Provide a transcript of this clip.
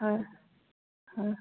হয় হয়